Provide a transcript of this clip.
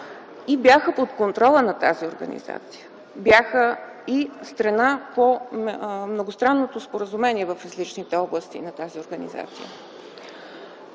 и бяха под контрола на тази организация. Те бяха и страна по многостранното споразумение в различните области на тази организация.